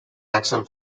axel